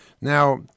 Now